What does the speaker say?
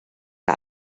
que